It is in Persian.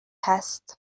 هست